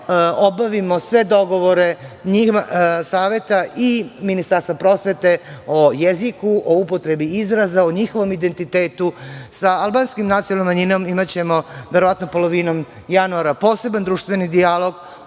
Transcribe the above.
obavimo sve dogovore i saveta i Ministarstva prosvete o jeziku, o upotrebi izraza, o njihovom identitetu. Sa albanskom nacionalnom manjinom imaćemo verovatno polovinom januara poseban društveni dijalog